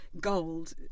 gold